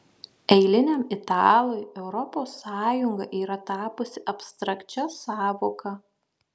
eiliniam italui europos sąjunga yra tapusi abstrakčia sąvoka